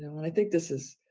i think this is,